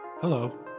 Hello